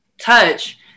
touch